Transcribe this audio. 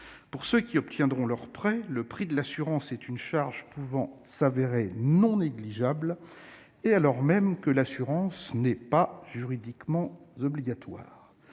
Pour ceux qui obtiennent leur prêt, le prix de l'assurance est une charge pouvant se révéler non négligeable, alors même que l'assurance n'est juridiquement pas obligatoire.